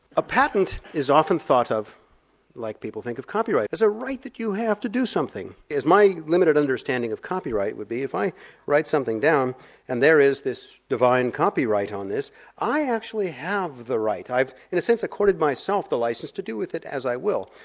a patent is often thought of like people think of copyright as a right that you have to do something. my limited understanding of copyright would be if i write something down and there is this divine copyright on this i actually have the right, i've in a sense accorded myself the licence to do with it as i will.